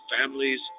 families